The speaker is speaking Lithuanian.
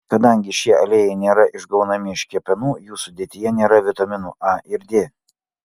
kadangi šie aliejai nėra išgaunami iš kepenų jų sudėtyje nėra vitaminų a ir d